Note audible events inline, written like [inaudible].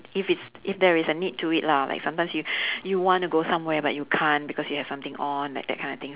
if it's if there is a need to it lah like sometimes you [breath] you wanna go somewhere but you can't because you have something on like that kind of thing